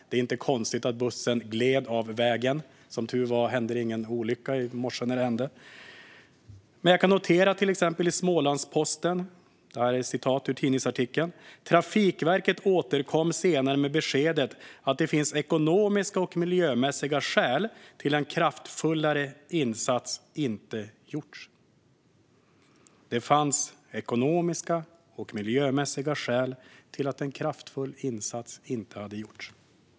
Det är inte konstigt att bussen gled av vägen. Som tur var hände det ingen olycka i morse. Detta är ett citat ur en artikel i Smålandsposten: Trafikverket återkom senare med beskedet att det finns ekonomiska och miljömässiga skäl till att en kraftfullare insats inte gjorts. Det fanns ekonomiska och miljömässiga skäl till att en kraftfull insats inte hade gjorts.